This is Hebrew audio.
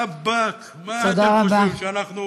רבאק, מה אתם חושבים, שאנחנו